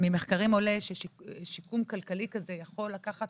ממחקרים עולה ששיקום כלכלי כזה יכול לקחת